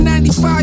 95